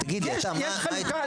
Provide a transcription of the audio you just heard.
תגיד לי אתה מה היית אומר?